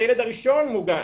הראשון מוגן.